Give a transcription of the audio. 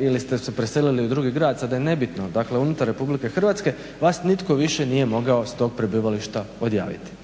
ili ste se preselili u drugi grad sada je nebitno, dakle unutar RH, vas nitko više nije mogao s tog prebivališta odjaviti.